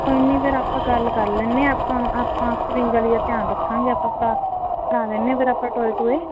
ਕੋਈ ਨਹੀਂ ਫਿਰ ਆਪਾਂ ਗੱਲ ਕਰ ਲੈਂਦੇ ਹਾਂ ਆਪਾਂ ਆਪਾਂ ਆਪਣੀ ਗਲੀ ਦਾ ਧਿਆਨ ਰੱਖਾਂਗੇ ਆਪਾਂ ਭਰਾ ਭਰਵਾ ਲੈਦੇ ਹਾਂ ਫਿਰ ਆਪਾਂ ਟੋਏ ਟੂਏ